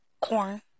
Corn